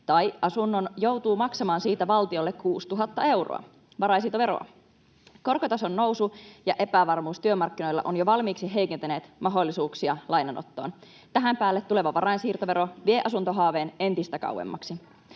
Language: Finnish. jatkossakin!] joutuu maksamaan siitä valtiolle 6 000 euroa varainsiirtoveroa. Korkotason nousu ja epävarmuus työmarkkinoilla ovat jo valmiiksi heikentäneet mahdollisuuksia lainanottoon. Tähän päälle tuleva varainsiirtovero vie asuntohaaveen entistä kauemmaksi.